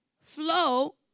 flow